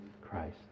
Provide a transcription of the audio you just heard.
Christ